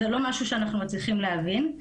זה לא משהו שאנחנו מצליחים להבין.